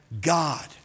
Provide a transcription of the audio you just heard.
God